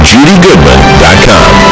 JudyGoodman.com